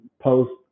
post